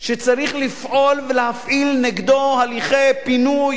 שצריך לפעול ולהפעיל נגדו הליכי פינוי,